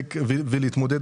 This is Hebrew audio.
להתעסק ולהתמודד